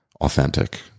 authentic